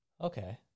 Okay